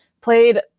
played